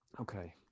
Okay